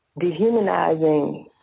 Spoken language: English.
dehumanizing